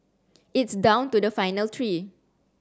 it's down to the final three